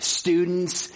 students